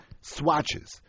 swatches